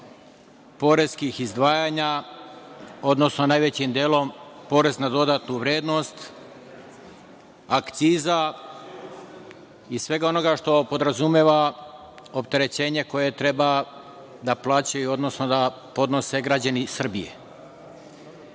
poreskih izdvajanja, odnosno najvećim delom porez na dodatu vrednost, akciza i svega onoga što podrazumeva opterećenje koje treba da plaćaju, odnosno da podnose građani Srbije.